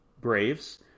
Braves